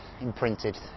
Imprinted